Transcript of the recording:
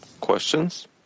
Questions